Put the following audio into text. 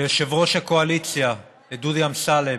ליושב-ראש הקואליציה דודי אמסלם,